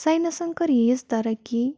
ساینَسن کٔر یۭژ ترقی